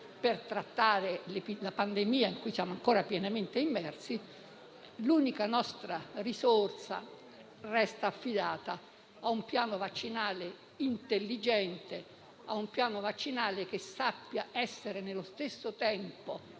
per trattare le pandemie in cui siamo pienamente immersi. L'unica nostra risorsa resta affidata a un piano vaccinale intelligente, che sappia essere allo stesso tempo